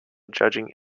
judging